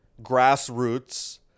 grassroots